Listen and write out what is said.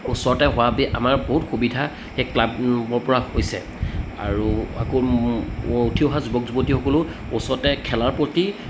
ওচৰতে হোৱা বাবে আমাৰ বহুত সুবিধা সেই ক্লাবৰ পৰা হৈছে আৰু আকৌ উঠি অহা যুৱক যুৱতীসকলো ওচৰতে খেলাৰ প্ৰতি